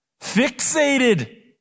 fixated